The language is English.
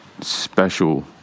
special